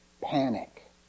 panic